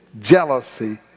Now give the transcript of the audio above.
jealousy